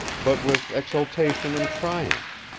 but with exultation and triumph.